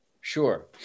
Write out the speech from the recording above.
Sure